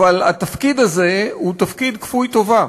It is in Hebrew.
אבל התפקיד הזה הוא תפקיד כפוי טובה,